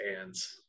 hands